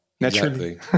naturally